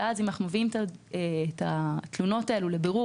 ואם אנחנו מביאים את התלונות האלה לבירור